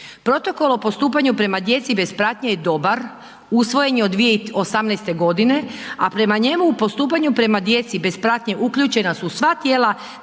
Protokol o postupanju prema djeci bez pratnje je dobar, usvojen je od 2018.g., a prema njemu o postupanju prema djeci bez pratnje uključena su sva tijela